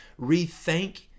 Rethink